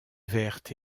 verte